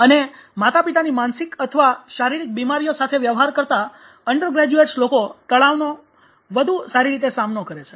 અને માતાપિતાની માનસિક અથવા શારીરિક બિમારીઓ સાથે વ્યવહાર કરતા અંડરગ્રેજ્યુએટ લોકો તણાવનો વધુ સારી રીતે સામનો કરે છે